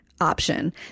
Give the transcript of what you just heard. Option